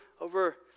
over